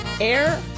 air